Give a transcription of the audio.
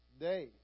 day